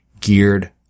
geared